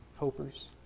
hopers